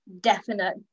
definite